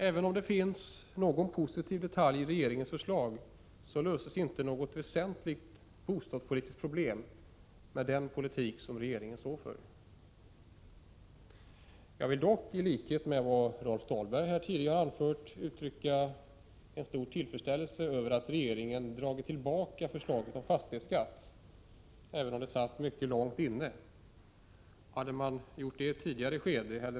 Även om det finns någon positiv detalj i regeringens förslag, så löses inte något väsentligt bostadspolitiskt problem med den politik som regeringen står för. Jag vill dock i likhet med Rolf Dahlberg uttrycka stor tillfredsställelse över att regeringen dragit tillbaka förslaget om fastighetsskatt, även om det satt mycket långt inne. Hade man gjort det tidigare eller över huvud taget inte = Prot.